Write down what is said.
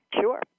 Sure